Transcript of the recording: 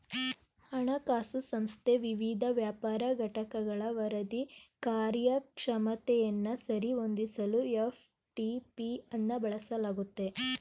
ಹಣಕಾಸು ಸಂಸ್ಥೆ ವಿವಿಧ ವ್ಯಾಪಾರ ಘಟಕಗಳ ವರದಿ ಕಾರ್ಯಕ್ಷಮತೆಯನ್ನ ಸರಿ ಹೊಂದಿಸಲು ಎಫ್.ಟಿ.ಪಿ ಅನ್ನ ಬಳಸಲಾಗುತ್ತೆ